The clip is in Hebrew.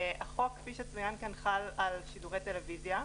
החוק כפי שצוין כאן חל על שידורי טלוויזיה,